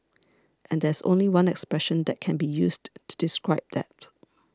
and there's only one expression that can be used to describe that